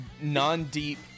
non-deep